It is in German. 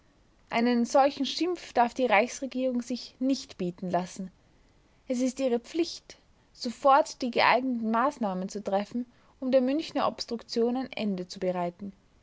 einen solchen schimpf darf die reichsregierung sich nicht bieten lassen es ist ihre pflicht sofort die geeigneten maßnahmen zu treffen um der münchener obstruktion ein ende